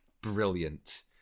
brilliant